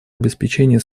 обеспечения